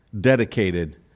dedicated